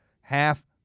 Half